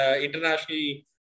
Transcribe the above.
internationally